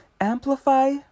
amplify